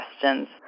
questions